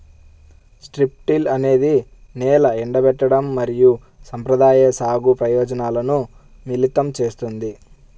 strip till అనేది నేల ఎండబెట్టడం మరియు సంప్రదాయ సాగు ప్రయోజనాలను మిళితం చేస్తుంది